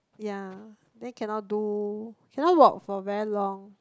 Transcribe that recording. ya then cannot do cannot walk for very long